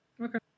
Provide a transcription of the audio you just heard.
Okay